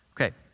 Okay